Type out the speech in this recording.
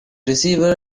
receiver